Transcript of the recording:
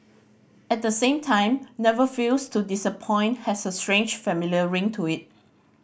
at the same time never fails to disappoint has a strange familiar ring to it